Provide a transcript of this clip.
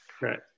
right